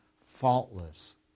faultless